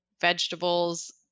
vegetables